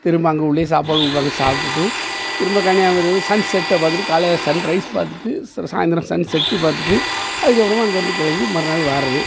திரும்ப அங்கே உள்ளையே சாப்பாடு கொடுப்பாங்க சாப்பிட்டுட்டு திரும்ப கன்னியாகுமரி வந்து சன்செட்டை பார்த்துட்டு காலையில் சன் ரைஸ் பார்த்துட்டு ச சாய்ந்தரம் சன்செட்டு பார்த்துட்டு அதுக்கப்பறமாக அங்கேருந்து கிளம்பி மறுநாள் வார்றது